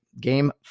Game